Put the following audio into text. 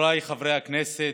חבריי חברי הכנסת,